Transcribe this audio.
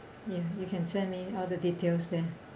ya you can send me all the details there